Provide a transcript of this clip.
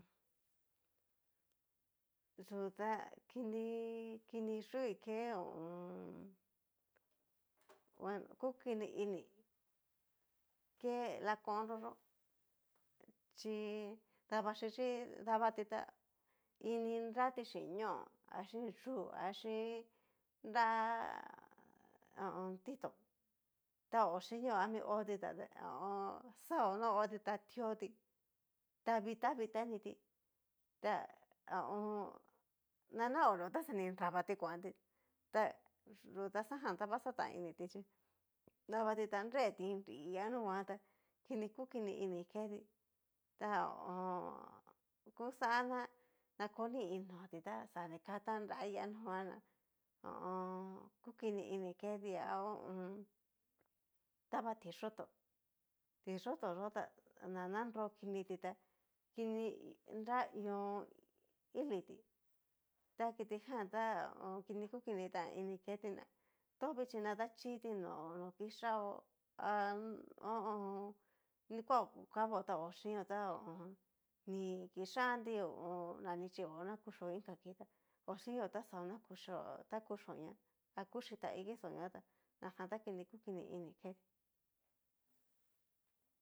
Yú ta kini kini yúi ke ho o on. bueno kukini ini, ke lakonró yó chi davaxichi davti tá ini nrati xín ñó ha xin yú a xin nrá ho o on. titón, ta hochinio ami hoti ta ho o on. xao no hotí ta tioti, ta vita vita ni tí ta ha o on. na nakonreo ta xa ni nravatí kuantí, ta yú taxajan ta va xataini tí chí, dabati ta nreti nri a nunguan ta kini kukini ini ketí, ta ho o on. kuxaná na koni noti ta xa ni kata nrai a nuguan na ho o on kukini ini keti ha ho o on. dav tiyóto tiyóto yá ta na nanro kinití tá kini nara ion ilití ta kitijan tá kini kukitan ini ketí ná, tovichi na dachiti no kixaó ha ho o on. kuaó kavó ta oxhinio ta ho o on. ni kixantí ho o on na ni chivao ta kuxhio inka kii, oxhinio ta xao ta kuxhio ña ha kuxhi taiki xó ña ta najan ta kini kukini ini ketí.